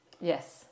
Yes